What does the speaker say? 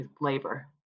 labor